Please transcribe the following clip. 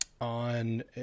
on